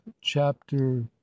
chapter